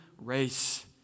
Race